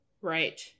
Right